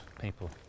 people